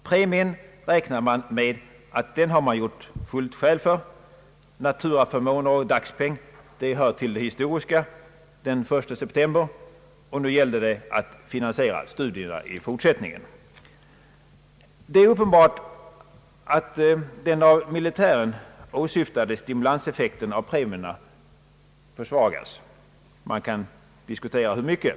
Premien räknar man med att ha gjort fullt skäl för. Naturaförmåner och dagspenning hör till det historiska den 1 september. Nu gäller det att finansiera studierna i fortsättningen. Det är uppenbart att den av militären åsyftade stimulanseffekten av premierna försvagas. Man kan diskutera hur mycket.